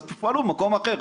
אז תפנו למקום אחר,